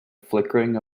flickering